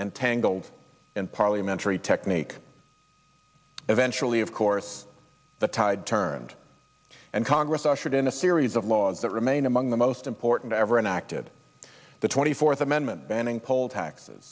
and tangled in parliamentary technique eventually of course the tide turned and congress i should in a series of laws that remain among the most important ever enacted the twenty fourth amendment banning poll taxes